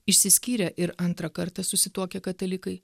išsiskyrę ir antrą kartą susituokę katalikai